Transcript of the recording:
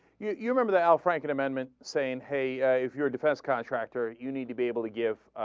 you you remember that our frank in a moment saying hey ah. if you're defense contractors you need to be able to give